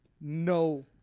no